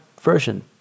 version